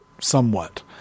somewhat